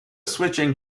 switching